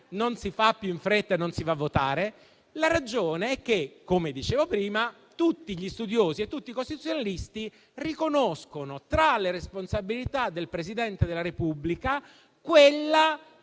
poteva fare più in fretta e andare a votare. La ragione è che, come dicevo prima, tutti gli studiosi e tutti i costituzionalisti riconoscono, tra le responsabilità del Presidente della Repubblica, quella